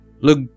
Look